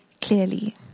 clearly